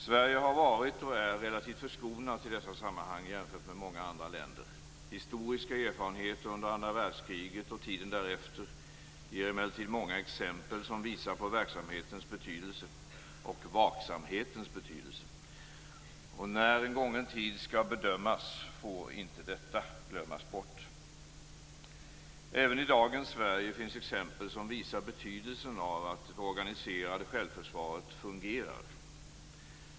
Sverige har varit och är relativt förskonat i dessa sammanhang jämfört med många andra länder. Historiska erfarenheter under andra världskriget och tiden därefter ger emellertid många exempel som visar på verksamhetens betydelse och vaksamhetens betydelse. När gången tid skall bedömas får inte detta glömmas bort. Även i dagens Sverige finns exempel som visar på betydelsen av att det organiserade självförsvaret fungerar.